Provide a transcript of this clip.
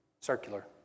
circular